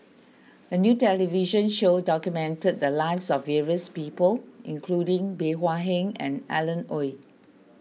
a new television show documented the lives of various people including Bey Hua Heng and Alan Oei